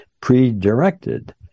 pre-directed